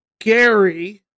Gary